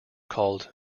called